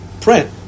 print